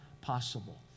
possible